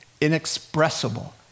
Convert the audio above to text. Inexpressible